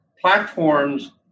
platforms